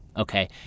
Okay